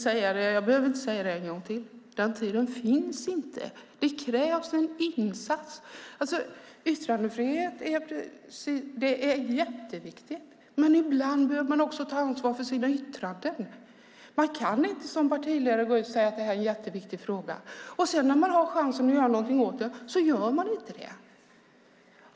Herr talman! Jag behöver inte säga det en gång till: Den tiden finns inte. Det krävs en insats. Yttrandefrihet är viktigt, men ibland behöver man ta ansvar för sina yttranden. Man kan inte som partiledare säga att det är en viktig fråga, och sedan när det finns en chans att göra någonting inte göra något.